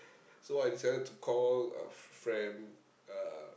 so I decided to call a friend uh